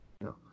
No